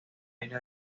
isla